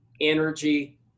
energy